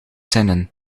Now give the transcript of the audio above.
zinnen